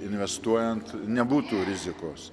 investuojant nebūtų rizikos